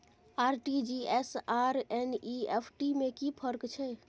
RTG S आर NEFT में कि फर्क छै?